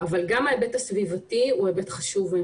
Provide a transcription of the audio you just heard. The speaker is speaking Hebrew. אבל גם ההיבט הסביבתי הוא היבט חשוב ואני